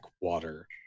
water